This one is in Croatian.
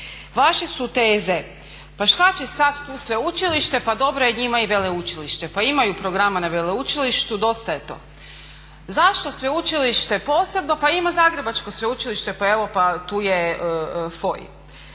Vaše su teze pa šta će sada tu sveučilište, pa dobro je njima i veleučilište, pa imaju programa na veleučilištu, dosta je to. Zašto sveučilište posebno, pa ima zagrebačko sveučilište, pa evo pa tu je FOI.